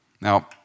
Now